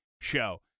show